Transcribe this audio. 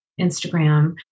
Instagram